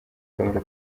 akamaro